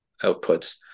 outputs